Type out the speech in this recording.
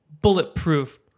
Bulletproof